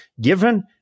Given